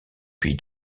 puis